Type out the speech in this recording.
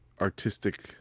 artistic